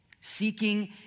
seeking